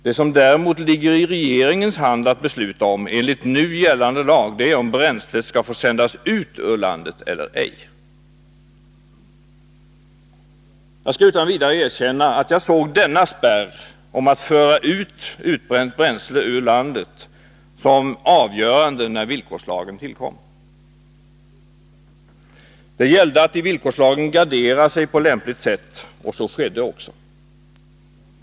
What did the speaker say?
Det som däremot ligger i regeringens hand att besluta om enligt nu gällande lag är om det utbrända bränslet skall få sändas ut ur landet eller ej. Jag skall utan vidare erkänna att jag såg denna spärr mot att föra ut utbränt bränsle ur landet som avgörande när villkorslagen tillkom. Det gällde att vid tillkomsten av villkorslagen gardera sig på lämpligt sätt, och så skedde också.